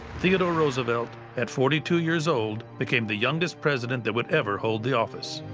theodore roosevelt, at forty two years old, became the youngest president that would ever hold the office.